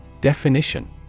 Definition